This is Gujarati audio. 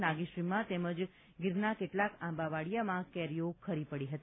નાગેશ્રીમા તેમજ ગીરના કેટલાક આંબાવડીયામા કેરીઓ ખરી પડી હતી